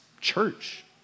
church